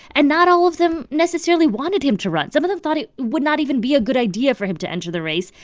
and not all of them necessarily wanted him to run. some of them thought it would not even be a good idea for him to enter the race.